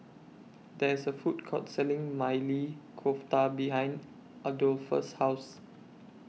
There IS A Food Court Selling Maili Kofta behind Adolphus' House